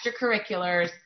extracurriculars